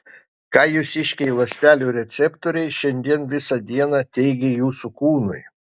ką jūsiškiai ląstelių receptoriai šiandien visą dieną teigė jūsų kūnui